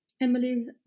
Emily